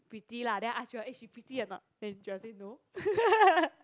pretty lah then I ask you all eh she pretty or not then Joel say no